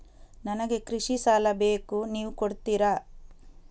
ನನಗೆ ಕೃಷಿ ಸಾಲ ಬೇಕು ನೀವು ಕೊಡ್ತೀರಾ?